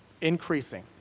increasing